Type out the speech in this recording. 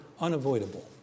unavoidable